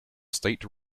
state